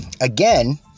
again